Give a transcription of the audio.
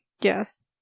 Yes